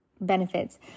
Benefits